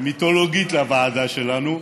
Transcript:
המיתולוגית של הוועדה שלנו.